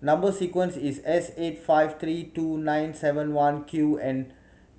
number sequence is S eight five three two nine seven one Q and